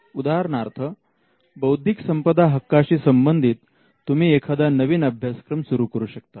उदाहरणार्थ बौद्धिक संपदा हक्कांशी संबंधित तुम्ही एखादा नवीन अभ्यासक्रम सुरू करू शकता